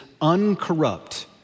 uncorrupt